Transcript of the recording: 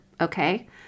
okay